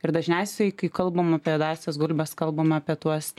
ir dažniausiai kai kalbam apie juodąsias gulbes kalbam apie tuos